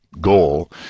goal